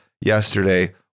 yesterday